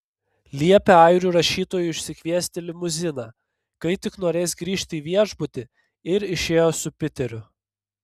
liepė airių rašytojui išsikviesti limuziną kai tik norės grįžti į viešbutį ir išėjo su piteriu